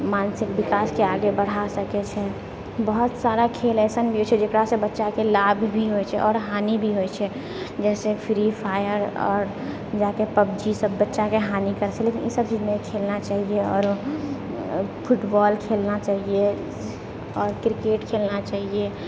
मानसिक विकासके आगे बढ़ाए सकैत छै बहुत सारा खेल एसन भी छै जेकरासँ बच्चाके लाभ भी होइत छै आओर हानि भी होइत छै जैसे फ्री फायर आओर जाके पबजीसभ बच्चाके हानि करैत छै लेकिन ईसभ चीज नहि खेलना चाही आओर फुटबॉल खेलना चाहिए आओर क्रिकेट खेलना चाहिए